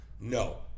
no